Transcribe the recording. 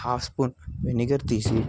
half spoon vinegar తీసి